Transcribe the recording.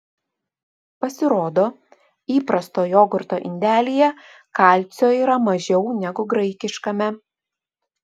pasirodo įprasto jogurto indelyje kalcio yra mažiau negu graikiškame